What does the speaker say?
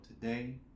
today